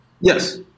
Yes